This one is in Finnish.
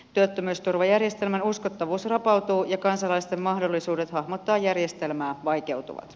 työttömyysturvajärjestelmän uskottavuus rapautuu ja kansalaisten mahdollisuudet hahmottaa järjestelmää vaikeutuvat